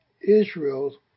Israel